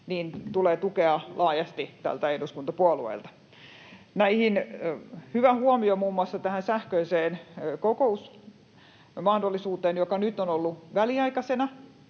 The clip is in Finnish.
tulee tukea laajasti eduskuntapuolueilta. Hyvä huomio muun muassa tästä sähköisestä kokousmahdollisuudesta, joka nyt on ollut väliaikaisena,